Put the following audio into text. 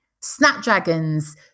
Snapdragons